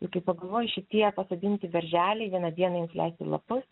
ir kai pagalvoji šitie pasodinti berželiai vieną dieną ims leisti lapus